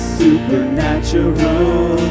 supernatural